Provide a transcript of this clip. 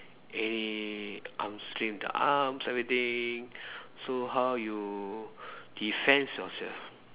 eh arms train arms everything so how you defends yourself